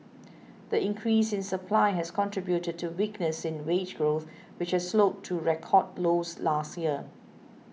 the increase in supply has contributed to weakness in wage growth which slowed to record lows last year